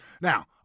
Now